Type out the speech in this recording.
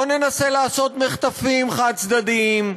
לא ננסה לעשות מחטפים חד-צדדיים,